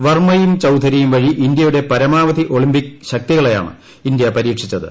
വർമ്മയും ചൌധരിയും വഴി ഇന്ത്യയുടെ പരമാവധി ഒളിമ്പിക് ശക്തികളെയാണ് ഇന്ത്യ പരീക്ഷിച്ചത്